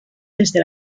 desde